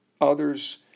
others